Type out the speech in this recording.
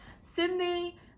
sydney